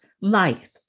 life